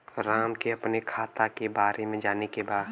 राम के अपने खाता के बारे मे जाने के बा?